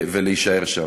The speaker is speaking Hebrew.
ולהישאר שם.